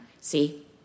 See